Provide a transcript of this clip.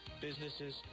businesses